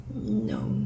No